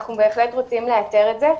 ואנחנו בהחלט רוצים לאתר את זה.